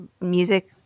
music